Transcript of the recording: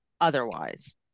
otherwise